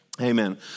Amen